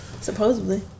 Supposedly